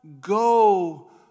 go